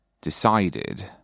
decided